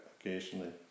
occasionally